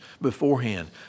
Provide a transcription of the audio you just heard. beforehand